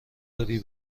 داری